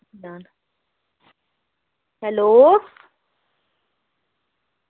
hello